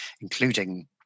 including